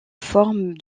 forme